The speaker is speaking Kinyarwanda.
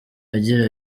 agira